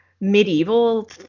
medieval